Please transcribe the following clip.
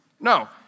No